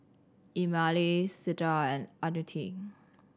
Emilee Ciarra and Antoinette